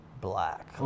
black